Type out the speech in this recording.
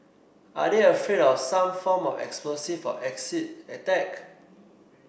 are they afraid of some form of explosive or acid attack